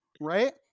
right